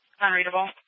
Unreadable